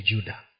Judah